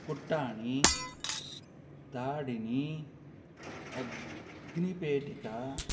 कुट्टाणि दाडिमम् अग्निपेटिका